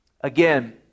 Again